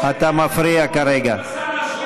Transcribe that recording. השר אקוניס,